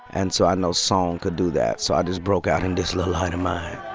and so i know song could do that. so i just broke out into this little light of mine.